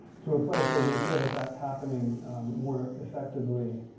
to a place where we feel that that's happening more effectively.